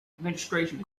administration